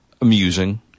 amusing